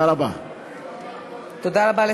תודה רבה.